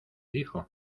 dijo